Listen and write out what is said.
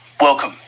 welcome